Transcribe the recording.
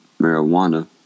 marijuana